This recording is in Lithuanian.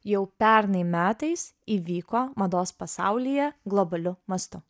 jau pernai metais įvyko mados pasaulyje globaliu mastu